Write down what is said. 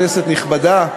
כנסת נכבדה,